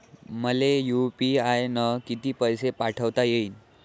मले यू.पी.आय न किती पैसा पाठवता येईन?